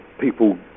people